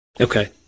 Okay